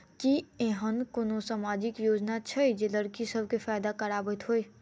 की एहेन कोनो सामाजिक योजना छै जे लड़की सब केँ फैदा कराबैत होइ?